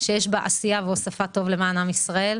שיש בה עשייה והוספת טוב למען עם ישראל.